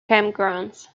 campgrounds